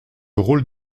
rôle